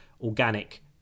organic